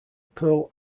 pearl